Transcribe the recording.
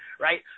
Right